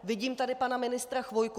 Vidím tady pana ministra Chvojku.